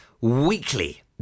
weekly